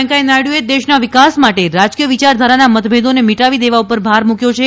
વૈકયા નાયડુએ દેશના વિકાસ માટે રાજકીય વિયારધારાના મતભેદોને મીટાવી દેવા પર ભાર મૂક્યો છે